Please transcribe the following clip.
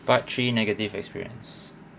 part three negative experience